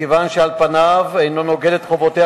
מכיוון שעל פניו הינו נוגד את חובותיה